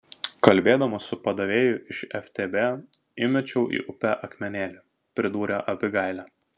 kalbėdama su padavėju iš ftb įmečiau į upę akmenėlį pridūrė abigailė